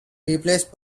replaced